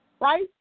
right